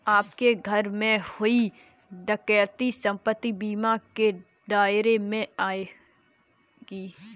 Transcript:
आपके घर में हुई डकैती संपत्ति बीमा के दायरे में आएगी